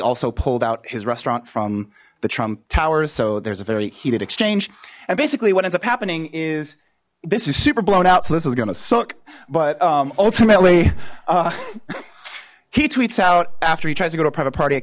also pulled out his restaurant from the trump towers so there's a very heated exchange and basically what ends up happening is this is super blown out so this is gonna suck but ultimately he tweets out after he tries to go to private party a